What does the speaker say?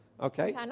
Okay